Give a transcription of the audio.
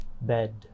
Bed